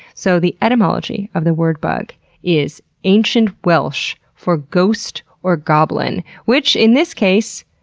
so the etymology of the word bug is ancient welsh for ghost or goblin which, in this case,